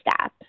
step